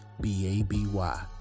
b-a-b-y